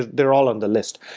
they're all on the list.